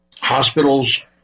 hospitals